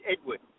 Edward